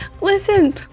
Listen